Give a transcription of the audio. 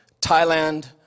Thailand